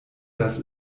das